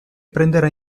prenderà